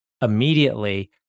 immediately